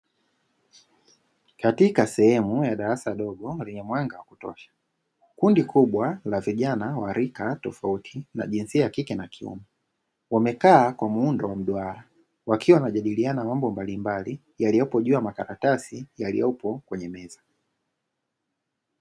Katika sehemu ya darasa dogo, lenye mwanga wa kutosha. Kundi kubwa la vijana wa rika tofauti na jinsia ya kike na kiume, wamekaa kwa muundo wa mduara, wakiwa wanajadiliana mambo mbalimbali yaliyopo juu ya makaratasi yaliyopo kwenye meza.